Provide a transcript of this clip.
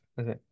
okay